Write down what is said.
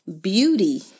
beauty